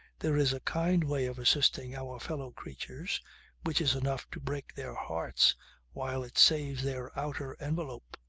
there is a kind way of assisting our fellow-creatures which is enough to break their hearts while it saves their outer envelope.